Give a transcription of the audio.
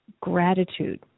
gratitude